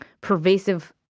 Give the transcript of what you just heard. pervasive